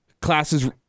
classes